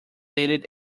dated